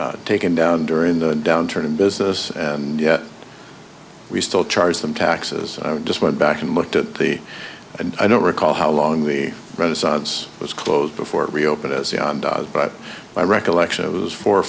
either taken down during the downturn in business and yet we still charge them taxes just went back and looked at the and i don't recall how long the renaissance was closed before it reopened as the andaz but my recollection of it was four or